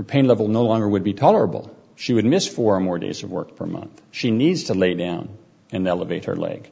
her pain level no longer would be tolerable she would miss four more days of work for a month she needs to lay down and elevate her leg